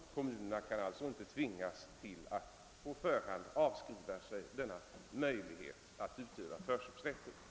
Kommunerna kan alltså inte tvingas till att på förhand avskriva sig möjligheten att utöva förköpsrätt.